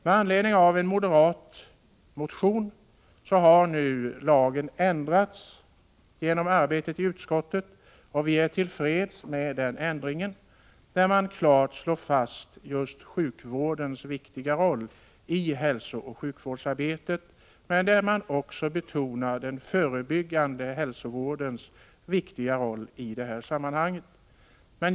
Med anledning av en moderatmotion har nu lagförslaget ändrats genom arbetet i utskottet. Vi är till freds med den ändringen, som klart slår fast just sjukvårdens viktiga roll i hälsooch sjukvårdsarbetet, men också betonar den förebyggande hälsovårdens viktiga roll i sammanhanget.